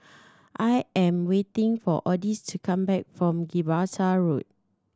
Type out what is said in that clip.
I am waiting for Odis to come back from Gibraltar Road